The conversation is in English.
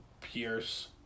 Pierce